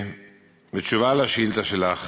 בתשובה על השאילתה שלך